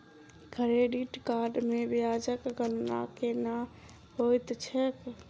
credit card मे ब्याजक गणना केना होइत छैक